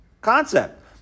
concept